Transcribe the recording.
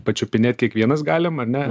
pačiupinėt kiekvienas gali ane